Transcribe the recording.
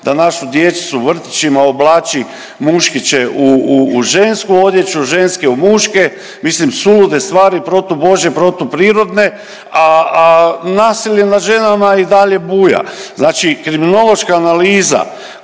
da našu djecu u vrtićima oblaći muškiće u žensku odjeću, ženske u muške. Mislim sulude stvari, protubožje, protuprirodne a nasilje nad ženama i dalje buja. Znači kriminološka analiza